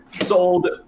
sold